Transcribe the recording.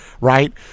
right